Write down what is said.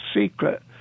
secret